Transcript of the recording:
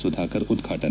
ಸುಧಾಕರ್ ಉದ್ವಾಟನೆ